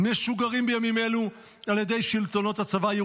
משוגרים בימים אלה על ידי שלטונות הצבא.